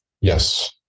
Yes